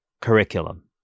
curriculum